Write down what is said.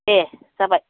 देह जाबाय